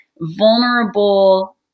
vulnerable